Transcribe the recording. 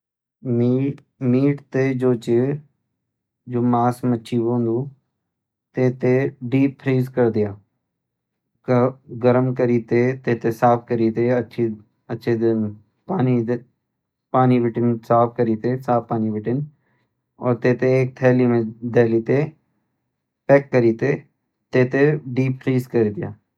मीट तैं जो छ जु मास-मच्छी होंद तै थें डीपफ्रिज कर द्या। तब गर्म करि तैं तै थें साफ करि तैं साफ पानी बटी न और तै थें थैली म धरी तैं पैक करी तै थे डीपफ्रिज म रखी द्या।